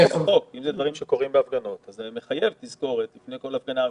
אם אלה דברים שקורים בהפגנות זה מחייב תזכורת לפני כל הפגנה.